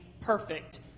perfect